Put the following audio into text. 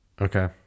Okay